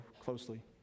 closely